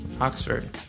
Oxford